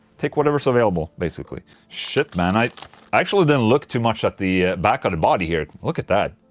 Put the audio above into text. take whatever's available basically shit man, i actually didn't look too much at the back of the body here. look at that.